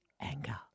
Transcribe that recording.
anger